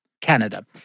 Canada